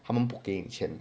他们不给钱